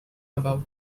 about